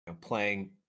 playing